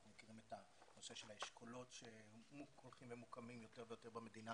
אנחנו מכירים את הנושא של האשכולות שהולכים ומוקמים יותר ויותר במדינה